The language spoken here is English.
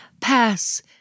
Pass